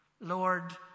Lord